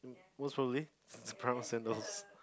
most probably it's brown sandals